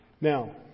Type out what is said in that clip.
Now